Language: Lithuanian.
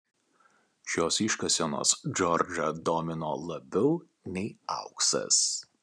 šios iškasenos džordžą domino labiau nei auksas